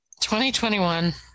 2021